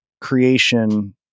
creation